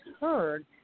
heard